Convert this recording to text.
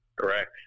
Correct